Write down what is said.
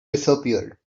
disappeared